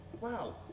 wow